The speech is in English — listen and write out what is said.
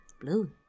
Blue